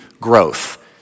growth